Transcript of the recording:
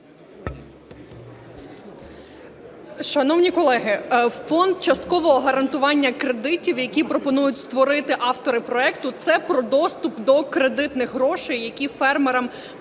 Шановні колеги, Фонд часткового гарантування кредитів, який пропонують створити автори проекту, – це про доступ до кредитних грошей, які фермерам